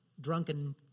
drunken